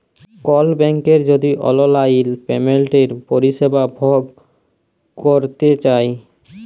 call ব্যাংকের যদি অললাইল পেমেলটের পরিষেবা ভগ ক্যরতে চায়